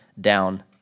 down